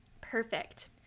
Perfect